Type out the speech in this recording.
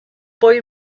boy